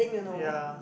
yea